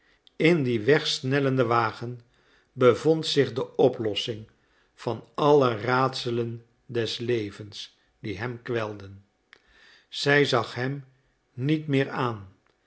in dien wegsnellenden wagen bevond zich de oplossing van alle raadselen des levens die hem kwelden zij zag hem niet meer aan